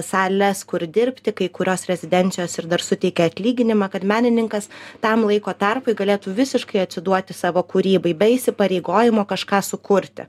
sales kur dirbti kai kurios rezidencijos ir dar suteikia atlyginimą kad menininkas tam laiko tarpui galėtų visiškai atsiduoti savo kūrybai be įsipareigojimo kažką sukurti